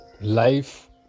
life